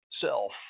self